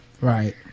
Right